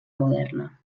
moderna